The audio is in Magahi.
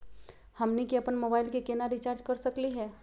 हमनी के अपन मोबाइल के केना रिचार्ज कर सकली हे?